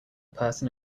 person